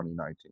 2019